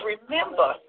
Remember